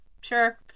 Sure